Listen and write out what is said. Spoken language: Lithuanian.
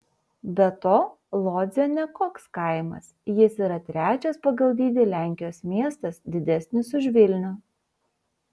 be to lodzė ne koks kaimas jis yra trečias pagal dydį lenkijos miestas didesnis už vilnių